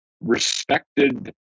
respected